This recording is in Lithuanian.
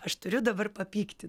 aš turiu dabar papykti